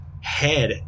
head